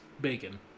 bacon